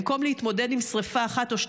במקום להתמודד עם שרפה אחת או שתיים,